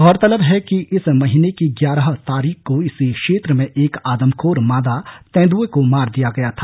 गौरतलब है कि इस महीने की ग्यारह तारीख को इसी क्षेत्र में एक आदमखोर मादा तेंदुए को मार दिया गया था